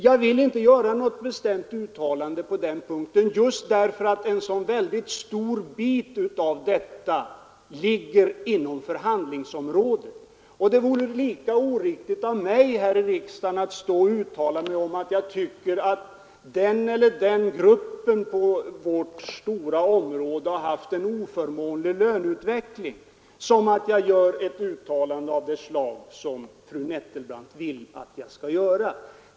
Jag vill inte göra något bestämt uttalande på den punkten just därför att en så stor bit av detta ligger inom förhandlingsområdet. Det vore lika orimligt av mig att här i riksdagen uttala, att jag tycker att en viss grupp på vårt stora område haft en oförmånlig löneutveckling, som att göra ett uttalande av de slag som fru Nettelbrandt vill att jag skall göra.